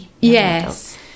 Yes